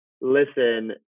listen